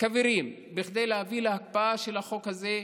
כבירים כדי להביא להקפאה של החוק הזה.